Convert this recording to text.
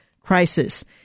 crisis